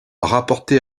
rapporté